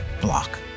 block